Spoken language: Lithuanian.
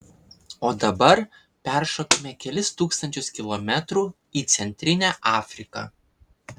o dabar peršokime kelis tūkstančius kilometrų į centrinę afriką